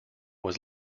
was